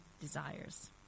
desires